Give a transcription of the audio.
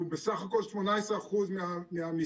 והוא בסך הכול 18% מהמיסים,